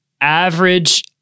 Average